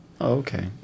okay